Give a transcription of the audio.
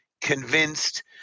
convinced